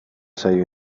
saio